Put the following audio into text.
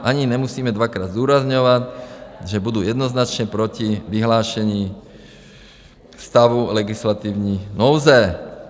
Ani nemusím dvakrát zdůrazňovat, že budu jednoznačně proti vyhlášení stavu legislativní nouze.